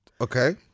Okay